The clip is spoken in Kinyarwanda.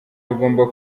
rugomba